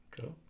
Cool